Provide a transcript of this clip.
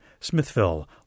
Smithville